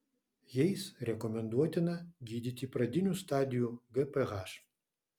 jais rekomenduotina gydyti pradinių stadijų gph